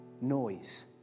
noise